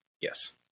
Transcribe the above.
yes